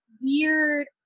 weird